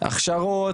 הכשרות,